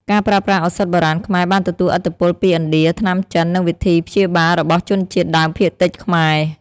ការប្រើប្រាស់ឱសថបុរាណខ្មែរបានទទួលឥទ្ធិពលពី ឥណ្ឌា ថ្នាំចិន និងវិធីព្យាបាលរបស់ជនជាតិដើមភាគតិចខ្មែរ។